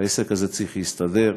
העסק הזה צריך להסתדר.